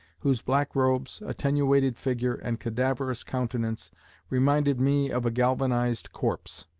whose black robes, attenuated figure, and cadaverous countenance reminded me of a galvanized corpse.